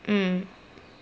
mm